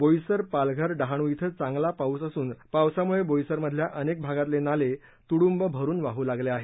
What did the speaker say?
बोईसर पालघर डहाणू शिं चांगला पाऊस असून पावसामुळे बोईसर मधल्या अनेक भागांतले नाले तुडुंब भरून वाहू लागले आहेत